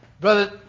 Brother